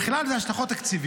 בכלל זה קובעת ההצעה